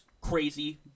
crazy